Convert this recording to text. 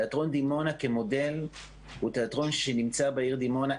תיאטרון דימונה כמודל הוא תיאטרון שנמצא בעיר דימונה.